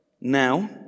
now